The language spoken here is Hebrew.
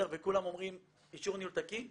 כולם אומרים אישור ניהול תקין,